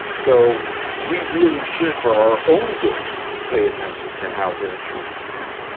so we really should for our own good pay attention to how we're treating people.